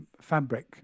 fabric